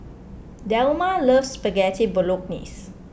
Delmar loves Spaghetti Bolognese